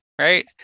Right